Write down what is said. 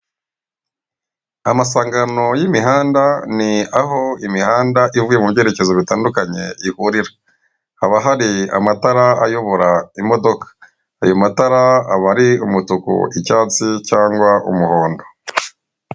Amasangano y'imihanda ni aho imihanda ivuye mu byerekezo bitandukanye ihurira, haba hari amatara ayobora imodoka, ayo matara aba ari umutuku, icyatsi cyangwa umuhondo.